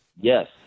Yes